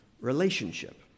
relationship